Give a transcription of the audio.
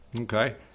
okay